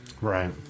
Right